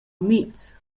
amitgs